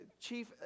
chief